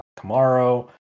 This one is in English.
tomorrow